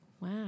Wow